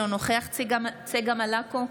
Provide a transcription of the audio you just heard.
אינו נוכח צגה מלקו,